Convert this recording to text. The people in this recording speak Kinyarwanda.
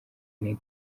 neg